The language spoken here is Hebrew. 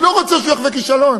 אני לא רוצה שהוא יחווה כישלון.